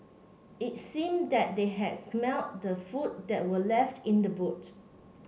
it seemed that they had smelt the food that were left in the boot